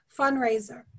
fundraiser